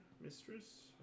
mistress